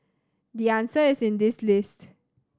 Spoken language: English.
the answer is in this list